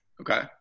Okay